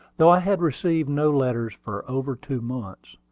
though i had received no letters for over two months,